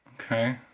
okay